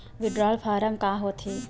withdrawal form का होथेय